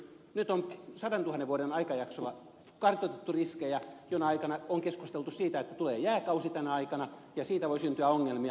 nyt on sadantuhannen vuoden aikajaksolla kartoitettu riskejä ja on keskusteltu siitä että tulee jääkausi tänä aikana ja siitä voi syntyä ongelmia